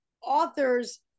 authors